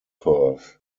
curve